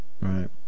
Right